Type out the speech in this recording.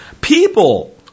People